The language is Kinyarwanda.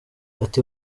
ati